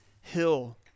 hill